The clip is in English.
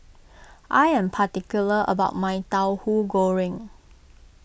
I am particular about my Tauhu Goreng